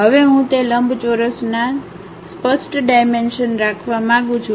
હવે હું તે લંબચોરસના તેથી અને તેથી સ્પષ્ટ ડાઇમેંશનરાખવા માંગુ છું